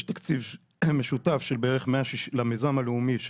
יש תקציב משותף של בערך 160,000,000 שקל למיזם הלאומי,